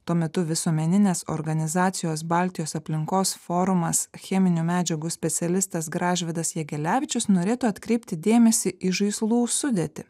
tuo metu visuomeninės organizacijos baltijos aplinkos forumas cheminių medžiagų specialistas gražvydas jegelevičius norėtų atkreipti dėmesį į žaislų sudėtį